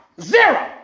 zero